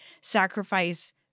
sacrifice